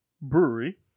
Brewery